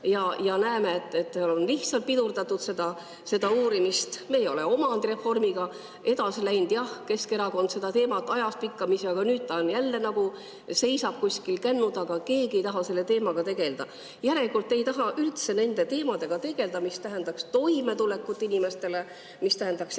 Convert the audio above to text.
ja näeme, et on lihtsalt pidurdatud seda uurimist. Me ei ole omandireformiga edasi läinud. Keskerakond seda teemat ajas pikkamisi, aga nüüd ta jälle nagu seisab kuskil kännu taga, keegi ei taha selle teemaga tegeleda. Järelikult te ei taha üldse nende teemadega tegelda, mis tähendaks toimetulekut inimestele, mis tähendaks